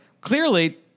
clearly